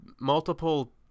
multiple